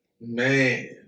Man